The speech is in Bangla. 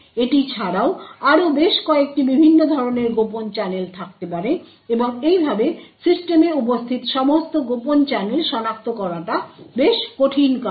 এটি ছাড়াও আরও বেশ কয়েকটি বিভিন্ন ধরণের কোভার্ট চ্যানেল থাকতে পারে এবং এইভাবে সিস্টেমে উপস্থিত সমস্ত কোভার্ট চ্যানেল সনাক্ত করাটা বেশ কঠিন কাজ